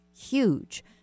huge